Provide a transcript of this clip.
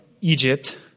Egypt